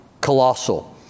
colossal